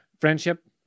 friendship